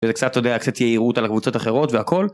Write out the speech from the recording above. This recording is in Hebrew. זה קצת אתה יודע, קצת יהירות על הקבוצות האחרות והכל.